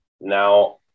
Now